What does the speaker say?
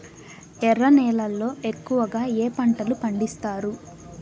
ఎర్ర నేలల్లో ఎక్కువగా ఏ పంటలు పండిస్తారు